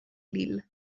lille